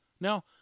Now